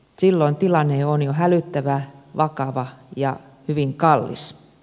silloin tilanne on jo hälyttävä vakava ja hyvin kallis